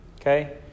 Okay